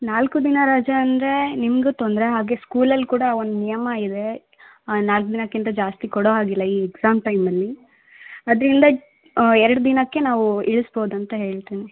ನಾಲ್ಕು ದಿನ ರಜೆ ಅಂದರೆ ನಿಮ್ಗೆ ತೊಂದರೆ ಹಾಗೇ ಸ್ಕೂಲಲ್ಲಿ ಕೂಡ ಒಂದು ನಿಯಮ ಇದೆ ನಾಲ್ಕು ದಿನಕ್ಕಿಂತ ಜಾಸ್ತಿ ಕೊಡೋ ಆಗಿಲ್ಲ ಈ ಎಕ್ಸಾಮ್ ಟೈಮಲ್ಲಿ ಆದ್ರಿಂದ ಎರಡು ದಿನಕ್ಕೆ ನಾವು ಇಳಿಸ್ಬೋದು ಅಂತ ಹೇಳ್ತಿನಿ